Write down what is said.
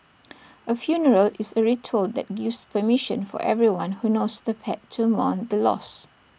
A funeral is A ritual that gives permission for everyone who knows the pet to mourn the loss